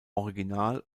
original